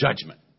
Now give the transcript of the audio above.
judgment